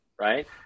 Right